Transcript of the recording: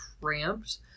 cramped